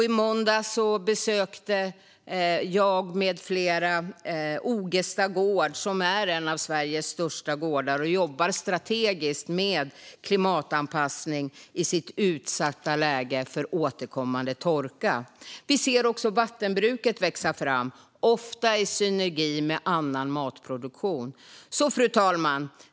I måndags besökte jag med flera Ogesta gård, som är en av Sveriges största gårdar och som jobbar strategiskt med klimatanpassning i sitt utsatta läge med återkommande torka. Vi ser också vattenbruket växa fram, ofta i synergi med annan matproduktion. Fru talman!